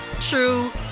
true